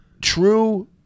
true